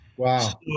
Wow